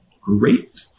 great